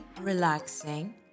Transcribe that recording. relaxing